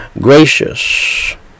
gracious